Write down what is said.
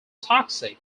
toxic